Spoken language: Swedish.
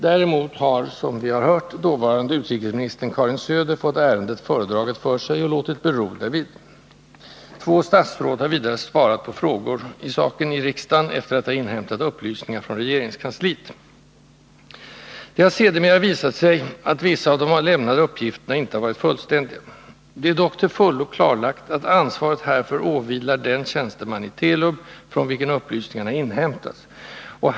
Däremot har, som vi har hört, dåvarande utrikesministern Karin Söder fått ärendet föredraget för sig och låtit det bero därvid. Två statsråd har vidare svarat på frågor i saken i riksdagen, efter att ha inhämtat upplysningar från regeringskansliet. Det har sedermera visat sig att vissa av de lämnade uppgifterna inte har varit fullständiga. Det är dock till fullo klarlagt att ansvaret härför åvilar den tjänsteman i Telub från vilken upplysningarna inhämtats.